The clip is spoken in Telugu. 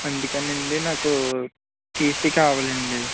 అందుకేనండి నాకు టీసీ కావాలండి